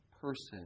person